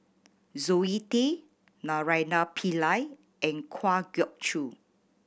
Zoe Tay Naraina Pillai and Kwa Geok Choo